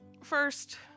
First